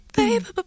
baby